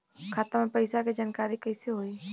खाता मे पैसा के जानकारी कइसे होई?